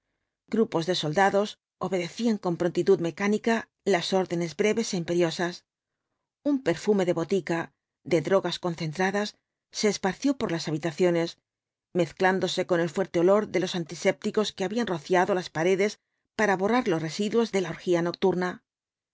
grupos de soldados obedecían con prontitud mecánica las órdenes breves é imperiosas un perfume de botica de drogas concentradas se esparció por las habitaciones mezclándose con el fuerte olor de los antisépticos que habían rociado las paredes para borrar los residuos de la orgía nocturna